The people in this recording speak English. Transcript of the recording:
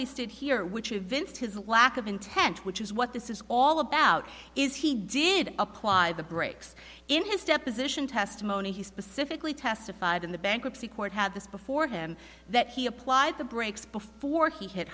stood here which evinced his lack of intent which is what this is all about is he did apply the brakes in his deposition testimony he specifically testified in the bankruptcy court had this before him that he applied the brakes before he hi